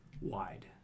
wide